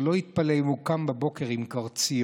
שלא יתפלא אם הוא קם בבוקר עם קרציות.